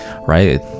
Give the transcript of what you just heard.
right